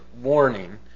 warning